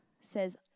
says